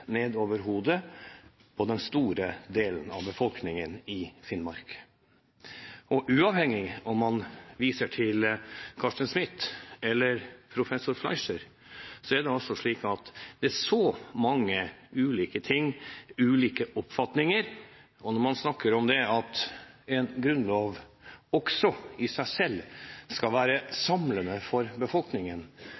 hodet på dem. Uavhengig av om man viser til Carsten Smith eller professor Fleischer, er det slik at det er mange ulike oppfatninger, og når man snakker om at en grunnlov også i seg selv skal være